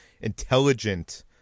intelligent